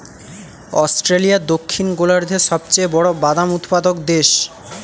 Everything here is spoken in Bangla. অস্ট্রেলিয়া দক্ষিণ গোলার্ধের সবচেয়ে বড় বাদাম উৎপাদক দেশ